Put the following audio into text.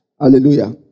Hallelujah